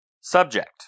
subject